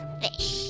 fish